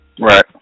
Right